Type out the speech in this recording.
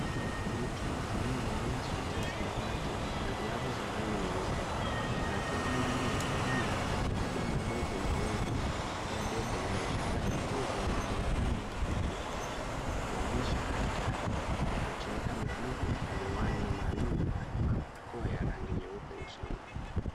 Mtu aliyevalia suti ya samawati na glavu za rangi nyeupe anatembea ndani ya kiwanda akibeba madebe mawili. Kila debe lina ishara ya fuvu la binadamu na mifupa likionyesha hatari. Macho yake yamefunikwa na miwani maalum na amevaa barakoa ya rangi nyeupe usoni.